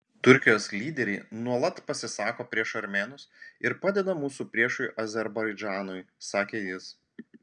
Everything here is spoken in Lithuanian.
turkijos lyderiai nuolat pasisako prieš armėnus ir padeda mūsų priešui azerbaidžanui sakė jis